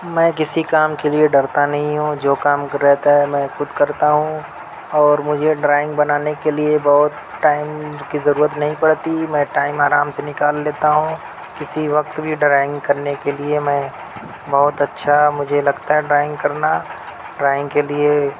میں کسی کام کے لیے ڈرتا نہیں ہوں اور جو کام رہتا ہے میں خود کرتا ہوں اور مجھے ڈرائنگ بنانے کے لیے بہت ٹائم کی ضرورت نہیں پڑتی میں ٹائم آرام سے نکال لیتا ہوں کسی وقت بھی ڈرائنگ کرنے کے لیے میں بہت اچھا مجھے لگتا ہے ڈرائنگ کرنا ڈرائنگ کے لیے